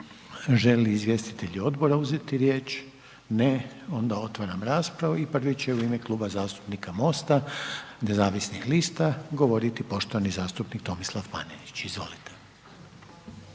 li izvjestitelji odbora uzeti riječ? Ne. Onda otvaram raspravu i prvi će u ime Kluba zastupnika MOST-a nezavisnih lista govoriti poštovani zastupnik Tomislav Panenić.